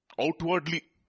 outwardly